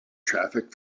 traffic